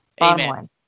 Amen